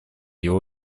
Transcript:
его